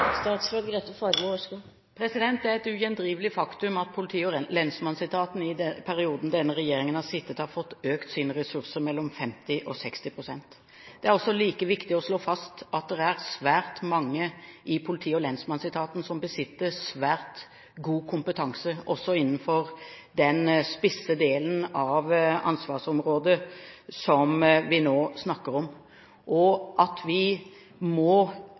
Det er et ugjendrivelig faktum at politi- og lensmannsetaten i den perioden denne regjeringen har sittet, har fått økt sine ressurser med mellom 50 og 60 pst. Det er også like viktig å slå fast at det er svært mange i politi- og lensmannsetaten som besitter svært god kompetanse også innenfor den spisse delen av ansvarsområdet som vi nå snakker om, og at vi dermed må